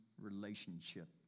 relationship